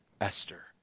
Esther